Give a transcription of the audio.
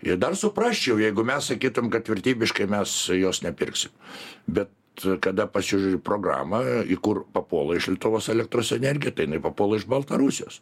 ir dar suprasčiau jeigu mes sakytum kad vertybiškai mes jos nepirksim bet kada pasižiūri programą į kur papuola iš lietuvos elektros energija papuola iš baltarusijos